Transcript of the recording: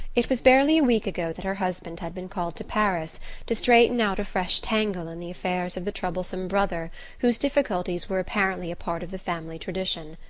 it was barely a week ago that her husband had been called to paris to straighten out a fresh tangle in the affairs of the troublesome brother whose difficulties were apparently a part of the family tradition.